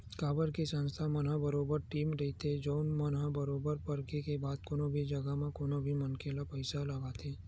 काबर के संस्था मन के बरोबर टीम रहिथे जउन मन ह बरोबर परखे के बाद कोनो भी जघा म कोनो भी मनखे के पइसा ल लगाथे